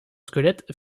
squelettes